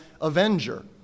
avenger